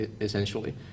essentially